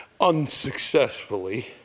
unsuccessfully